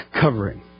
covering